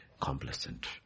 Complacent